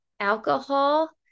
alcohol